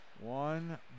One